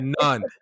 none